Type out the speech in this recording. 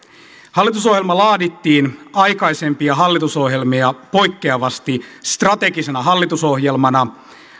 hallitusohjelma laadittiin aikaisemmista hallitusohjelmista poikkeavasti strategisena hallitusohjelmana